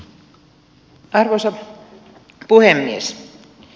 arvoisa puhemies